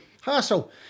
hassle